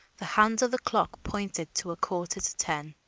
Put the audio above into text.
the hands of the clock pointed to a quarter to ten.